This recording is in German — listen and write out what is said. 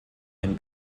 ein